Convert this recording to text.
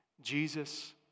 Jesus